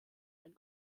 ein